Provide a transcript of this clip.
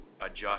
adjust